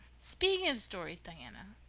speaking of stories, diana,